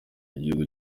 bihugu